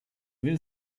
will